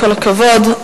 כל הכבוד.